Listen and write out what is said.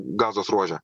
gazos ruože